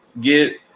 get